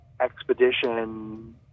Expedition